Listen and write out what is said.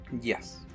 Yes